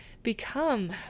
Become